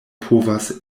povas